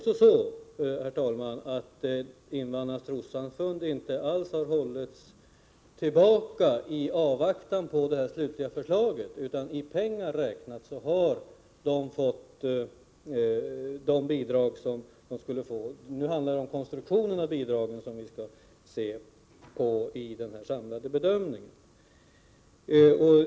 Stödet till invandrarnas trossamfund har inte hållits tillbaka i avvaktan på det slutliga förslaget, utan de har fått de bidrag som det har varit bestämt att de skulle få. Det är konstruktionen av bidragen som vi skall få en samlad bedömning av.